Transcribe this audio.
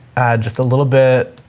add just a little bit.